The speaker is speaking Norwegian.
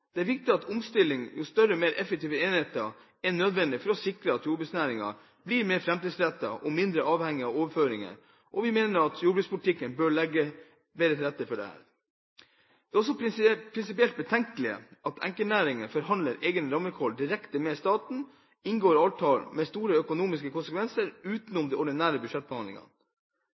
Det er viktig og nødvendig med omstilling til større og mer effektive enheter for å sikre at jordbruksnæringen blir mer framtidsrettet og mindre avhengig av overføringer, og vi mener at jordbrukspolitikken bør legge bedre til rette for dette. Det er prinsipielt betenkelig at enkeltnæringer forhandler egne rammevilkår direkte med staten og inngår avtaler med store økonomiske konsekvenser utenom den ordinære budsjettbehandlingen. De